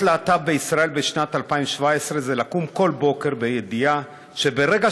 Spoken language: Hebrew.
להיות להט"ב בישראל בשנת 2017 זה לקום כל בוקר בידיעה שברגע